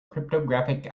cryptographic